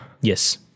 Yes